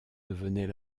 devenait